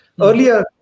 earlier